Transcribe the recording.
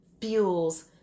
fuels